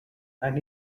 and